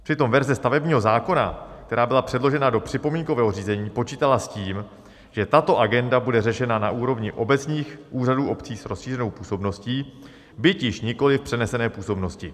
Přitom verze stavebního zákona, která byla předložena do připomínkového řízení, počítala s tím, že tato agenda bude řešena na úrovni obecních úřadů obcí s rozšířenou působností, byť již nikoliv v přenesené působnosti.